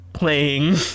Playing